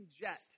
jet